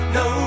no